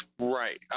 Right